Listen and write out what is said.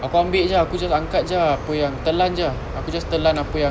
aku ambil jer ah aku just angkat jer ah apa yang telan jer ah aku just telan apa yang